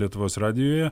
lietuvos radijuje